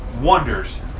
wonders